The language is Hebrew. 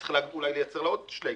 וצריך לייצר לה אולי עוד שלייקס,